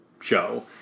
show